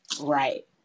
Right